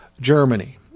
Germany